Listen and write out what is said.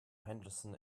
henderson